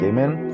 Amen